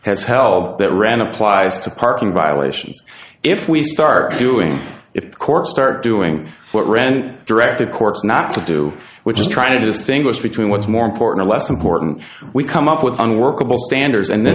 has held that ran applies to partner violations if we start doing if the courts start doing what rand directed courts not to do which is try to distinguish between what's more important less important we come up with unworkable standards and th